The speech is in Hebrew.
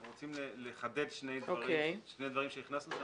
אנחנו רוצים לחדד שני דברים שהכנסנו אותם